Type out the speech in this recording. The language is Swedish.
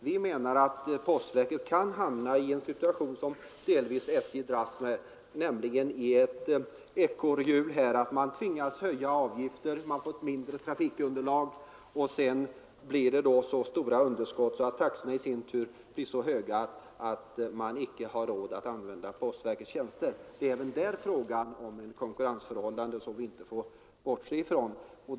Vi menar att postverket kan hamna i en sådan situation som delvis gäller för SJ, som befinner sig i ett ekorrhjul: man tvingas höja avgifterna och får ett mindre underlag — varigenom underskotten blir så stora att taxorna måste höjas till en sådan nivå att människor inte har råd att utnyttja verkets tjänster. Det är även där fråga om ett konkurrensförhållande som vi inte får bortse från.